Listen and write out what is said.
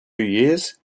years